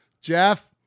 Jeff